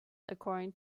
according